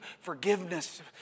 forgiveness